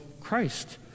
Christ